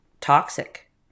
toxic